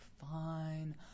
fine